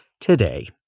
today